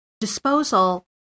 disposal